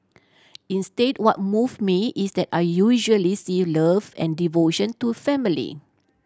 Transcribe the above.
instead what move me is that I usually see love and devotion to family